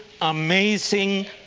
amazing